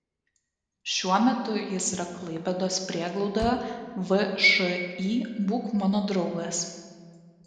šiuo metu jis yra klaipėdos prieglaudoje všį būk mano draugas